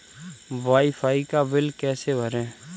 Wi fi का bill कैसे भरें?